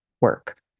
work